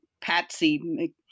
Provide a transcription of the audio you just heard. Patsy